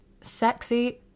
Sexy